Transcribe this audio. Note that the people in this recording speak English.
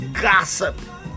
gossip